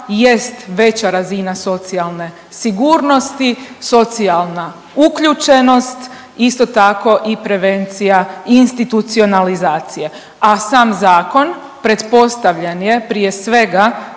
jest veća razina socijalne sigurnosti, socijalna uključenost, isto tako i prevencija institucionalizacije, a sam zakon pretpostavljen je prije svega